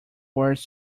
words